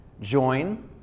Join